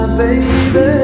baby